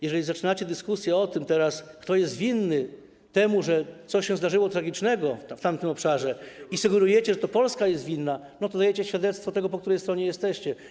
Jeżeli zaczynacie dyskusję o tym teraz, kto jest winny temu, że coś się zdarzyło tragicznego w tamtym obszarze, i sugerujecie, że to Polska jest winna, to dajecie świadectwo tego, po której stronie jesteście.